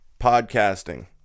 podcasting